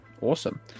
Awesome